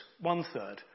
one-third